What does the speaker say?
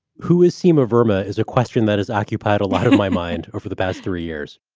who is seamer burma is a question that has occupied a lot of my mind or for the past three years